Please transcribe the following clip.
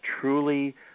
truly